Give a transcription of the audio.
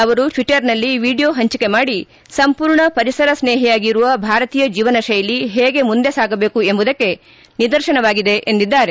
ಅವರು ಟ್ವಿಟರ್ನಲ್ಲಿ ವಿಡಿಯೋ ಪಂಚಿಕೆ ಮಾಡಿ ಸಂಪೂರ್ಣ ಪರಿಸರ ಸ್ನೇಹಿಯಾಗಿರುವ ಭಾರತೀಯ ಜೀವನ ಶೈಲಿ ಹೇಗೆ ಮುಂದೆ ಸಾಗಬೇಕು ಎಂಬುದಕ್ಕೆ ನಿದರ್ಶನವಾಗಿದೆ ಎಂದಿದ್ದಾರೆ